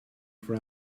for